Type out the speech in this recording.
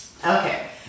Okay